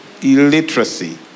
illiteracy